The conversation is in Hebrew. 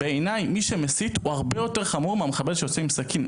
בעיניי מי שמסית הוא הרבה יותר חמור מהמחבל שיוצא עם סכין.